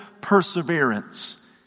perseverance